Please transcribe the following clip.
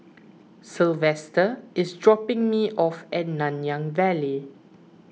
Sylvester is dropping me off at Nanyang Valley